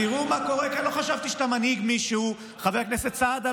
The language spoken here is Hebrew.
לא חשבתי שאתה מנהיג מישהו, חבר הכנסת סעדה.